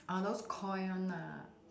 are those koi one nah